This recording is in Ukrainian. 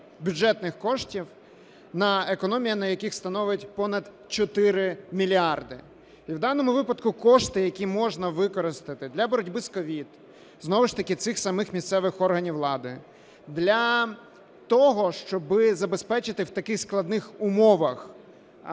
бюджетних коштів, економія на яких становить понад 4 мільярди. І в даному випадку кошти, які можна використати для боротьби з СOVID знову ж таки цих самих місцевих органів влади, для того, щоб забезпечити в таких складних умовах